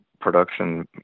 production